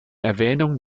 erwähnungen